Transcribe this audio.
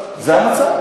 זה המצב.